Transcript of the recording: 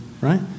right